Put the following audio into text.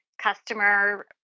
customer